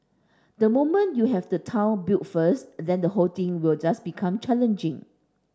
the moment you have the town built first then the whole thing will just become challenging